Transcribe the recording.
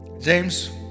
James